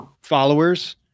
followers